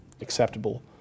acceptable